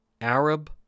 arab